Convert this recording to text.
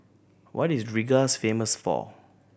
what is Rigas famous for